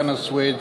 חנא סוייד,